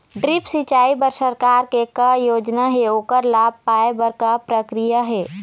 Drip सिचाई बर सरकार के का योजना हे ओकर लाभ पाय बर का प्रक्रिया हे?